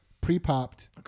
pre-popped